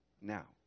now